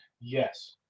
Yes